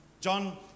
John